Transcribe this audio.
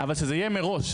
אבל שזה יהיה מראש.